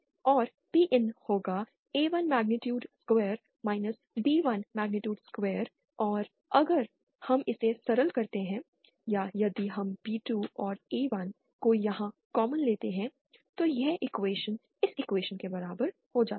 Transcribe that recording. और Pin होगा A1 magnitude square B1 magnitude square और अगर हम इसे सरल करते हैं या यदि हम B2 और A1 को यहां कॉमन लेते हैं तो यह ईक्क्वेशन इस इक्वेशन के बराबर हो जाता है